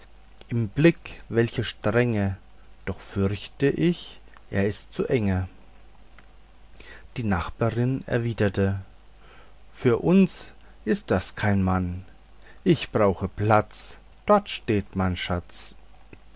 im blick welche strenge doch fürcht ich ist er zu enge die nachbarin erwiderte für uns ist das kein mann ich brauche platz dort steht mein schatz